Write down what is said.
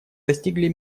достигли